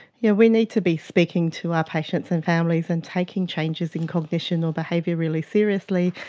yeah we need to be speaking to our patients and families and taking changes in cognition or behaviour really seriously,